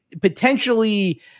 potentially